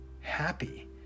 happy